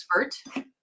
expert